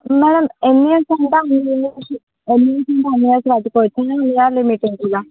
madam ఎన్ని years ఉంటే పిల్లలకి ఎల్ఐసీ ఇంకా ఎన్ని ఇయర్స్ లిమిట్ ఉంటుందా